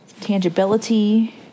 tangibility